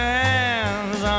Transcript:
hands